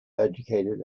educated